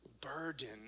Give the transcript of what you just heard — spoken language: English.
burden